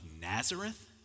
Nazareth